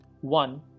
One